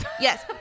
yes